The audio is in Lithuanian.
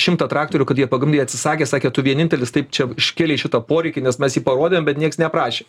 šimtą traktorių kad jie jie atsisakė sakė tu vienintelis taip čia iškėlei šitą poreikį nes mes jį parodėm bet nieks neprašė